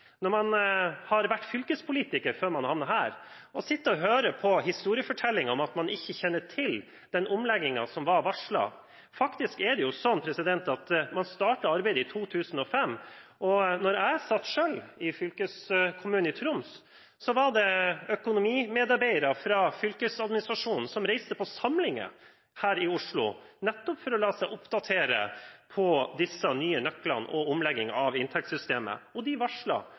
når man har vært fylkespolitiker før man havnet her, å sitte og høre på en historiefortelling om at man ikke kjenner til den omleggingen som var varslet. Man startet jo faktisk arbeidet i 2005, og da jeg selv satt i fylkeskommunen i Troms, var det økonomimedarbeidere fra fylkesadministrasjonen som reiste på samlinger her i Oslo, nettopp for å la seg oppdatere om disse nye nøklene og omlegging av inntektssystemet. Og de